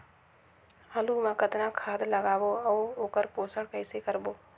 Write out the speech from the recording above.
आलू मा कतना खाद लगाबो अउ ओकर पोषण कइसे करबो?